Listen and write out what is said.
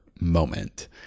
moment